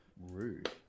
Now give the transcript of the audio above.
Rude